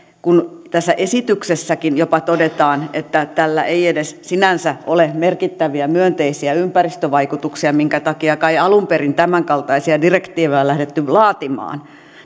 kun tässä esityksessäkin jopa todetaan että tällä ei edes sinänsä ole merkittäviä myönteisiä ympäristövaikutuksia minkä takia kai alun perin tämänkaltaisia direktiivejä on lähdetty laatimaan